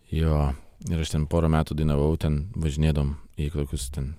jo ir aš ten porą metų dainavau ten važinėdavom į kokius ten